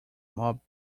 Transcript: mob